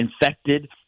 infected